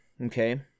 okay